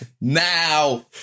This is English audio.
now